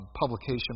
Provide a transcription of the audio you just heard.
publication